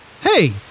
Hey